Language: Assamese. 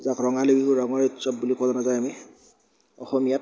যাক ৰঙালী বিহু ৰঙৰে উৎসৱ বুলি কোৱা জনা যায় আমি অসমীয়াত